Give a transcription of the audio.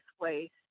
waste